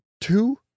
two